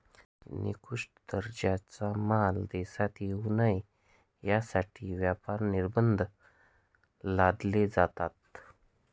निकृष्ट दर्जाचा माल देशात येऊ नये यासाठी व्यापार निर्बंध लादले जातात